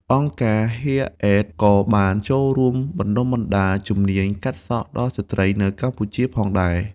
អង្គការ ហ៊ែរ អេត Hair Aid ក៏បានចូលរួមបណ្តុះបណ្តាលជំនាញកាត់សក់ដល់ស្ត្រីនៅកម្ពុជាផងដែរ។